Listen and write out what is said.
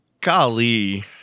Golly